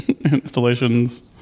installations